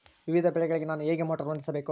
ವಿವಿಧ ಬೆಳೆಗಳಿಗೆ ನಾನು ಹೇಗೆ ಮೋಟಾರ್ ಹೊಂದಿಸಬೇಕು?